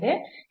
ಇಲ್ಲಿ ಮತ್ತು